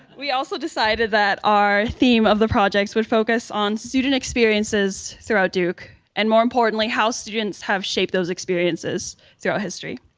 we also decided that our theme of the projects would focus on student experiences throughout duke and more importantly, how students have shaped those experiences throughout history.